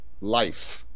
life